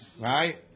right